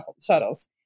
shuttles